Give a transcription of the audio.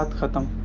ah come.